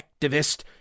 activist